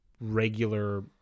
regular